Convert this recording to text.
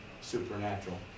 supernatural